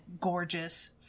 gorgeous